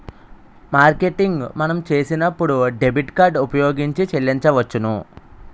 marketing మనం చేసినప్పుడు debit card ఉపయోగించి చెల్లించవచ్చును